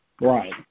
Right